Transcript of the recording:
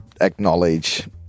acknowledge